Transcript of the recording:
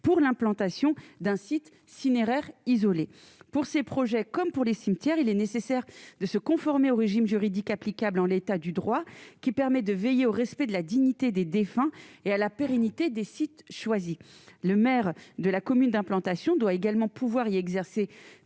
pour l'implantation d'un site cinéraires isolé pour ces projets, comme pour les cimetières, il est nécessaire de se conformer au régime juridique applicable en l'état du droit qui permet de veiller au respect de la dignité des défunts et à la pérennité des sites choisis, le maire de la commune d'implantation doit également pouvoir y exercer